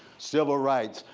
civil rights,